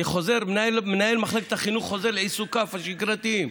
מנהל מחלקת החינוך חוזר לעיסוקיו השגרתיים.